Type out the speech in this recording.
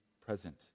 present